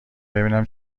ببینم